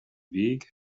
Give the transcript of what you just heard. weg